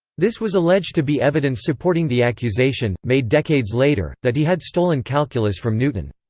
this was alleged to be evidence supporting the accusation, made decades later, that he had stolen calculus from newton.